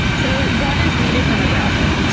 so what is needed from a browser?